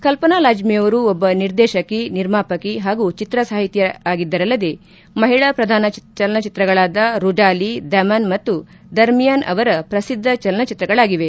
ಕಲ್ಪನಾ ಲಾಜ್ಲಿಯವರು ಒಬ್ಲ ನಿರ್ದೇಶಕಿ ನಿರ್ಮಾಪಕ ಹಾಗೂ ಚಿತ್ರಸಾಹಿತಿಯಾಗಿದ್ದರಲ್ಲದೇ ಮಹಿಳಾ ಪ್ರಧಾನ ಚಲನಚಿತ್ರಗಳಾದ ರುಡಾಲಿ ದಮನ್ ಮತ್ತು ದರ್ಮಿಯಾನ್ ಅವರ ಪ್ರಸಿದ್ದ ಚಲನಚಿತ್ರಗಳಾಗಿವೆ